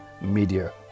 Media